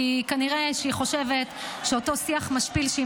כי כנראה שהיא חושבת שאת אותו שיח משפיל שהיא